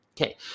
okay